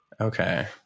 Okay